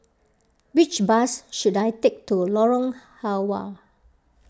which bus should I take to Lorong Halwa